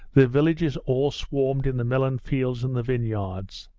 the villagers all swarmed in the melon-fields and the vineyards.